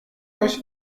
euch